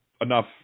enough